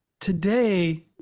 today